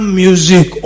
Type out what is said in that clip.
music